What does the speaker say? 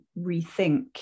rethink